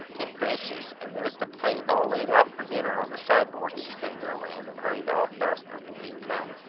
good gracious! and there's the plate all laid out for dinner on the sideboard! exclaimed irwan, and hurried off faster than he had come.